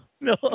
no